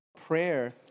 Prayer